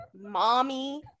mommy